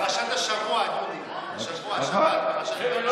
זה בפרשת השבוע, דודי, השבוע, השבת, פרשת חוקת.